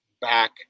back